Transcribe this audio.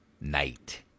night